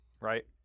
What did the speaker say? right